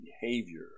behavior